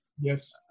Yes